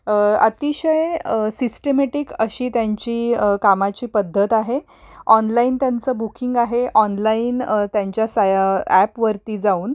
अतिशय सिस्टमेटिक अशी त्यांची कामाची पद्धत आहे ऑनलाईन त्यांचं बुकिंग आहे ऑनलाईन त्यांच्या सा ॲपवरती जाऊन